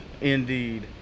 indeed